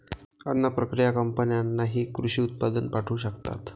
अन्न प्रक्रिया कंपन्यांनाही कृषी उत्पादन पाठवू शकतात